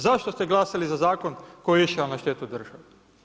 Zašto ste glasali za zakon koji je išao na štetu države?